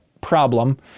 problem